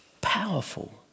Powerful